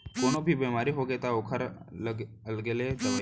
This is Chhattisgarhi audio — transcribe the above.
कोनो भी बेमारी होगे त ओखर अलगे दवई आथे